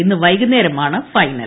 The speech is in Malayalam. ഇന്ന് വൈകുന്നേരമാണ് ഫൈനൽ